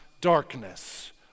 darkness